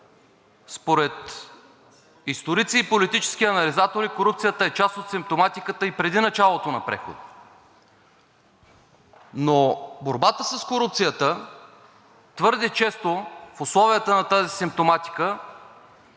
Според историци и политически анализатори корупцията е част от симптоматиката и преди началото на прехода, но борбата с корупцията твърде често в условията на тази симптоматика